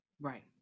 Right